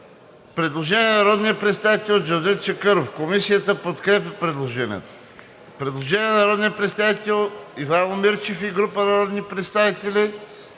Предложение на народния представител Джевдет Чакъров. Комисията подкрепя предложението. Предложение на народния представител Ивайло Мирчев и група народни представители.